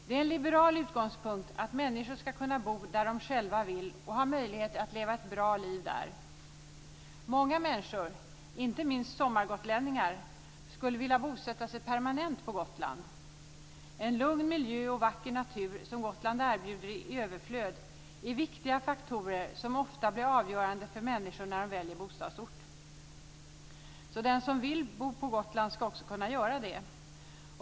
Det är en liberal utgångspunkt att människor ska kunna bo där de själva vill och ha möjligheter att leva ett bra liv där. Många människor, inte minst sommargotlänningar, skulle vilja bosätta sig permanent på Gotland. En lugn miljö och vacker natur, som Gotland erbjuder i överflöd, är viktiga faktorer som ofta blir avgörande för människor när de väljer bostadsort. Den som vill bo på Gotland ska också kunna göra det.